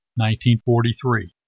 1943